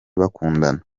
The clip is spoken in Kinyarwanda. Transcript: bakundana